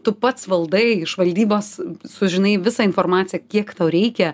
tu pats valdai iš valdybos sužinai visą informaciją kiek tau reikia